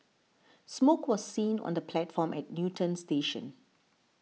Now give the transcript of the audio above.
smoke was seen on the platform at Newton station